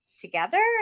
together